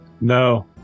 No